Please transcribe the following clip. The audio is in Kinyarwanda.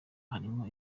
harimo